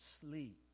sleep